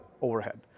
overhead